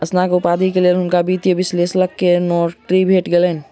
स्नातक उपाधि लय के हुनका वित्तीय विश्लेषक के नौकरी भेट गेलैन